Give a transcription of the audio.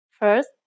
First